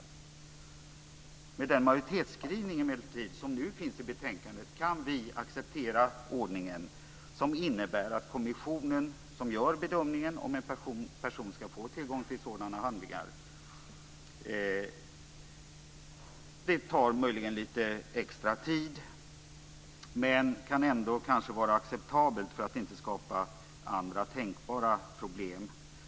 Emellertid kan vi med den majoritetsskrivning som nu finns i betänkandet acceptera ordningen som innebär att kommissionen gör bedömningen om en person ska få tillgång till sådana handlingar. Det tar möjligen lite extra tid men kan ändå kanske vara acceptabelt för att inte skapa andra tänkbara problem.